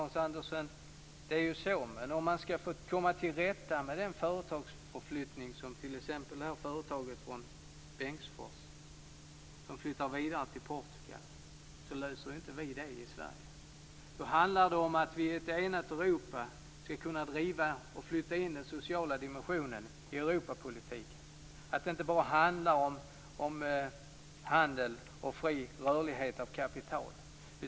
Fru talman! Om vi skall komma till rätta med företagsförflyttningen - ett exempel är det företag från Bengtsfors som flyttar vidare till Portugal - kan man inte säga att man skall lösa problemen i Sverige. Då handlar det om att vi i ett enat Europa skall kunna driva och flytta in den sociala dimensionen i Europapolitiken. Det handlar inte bara om handel och fri rörlighet av kapital.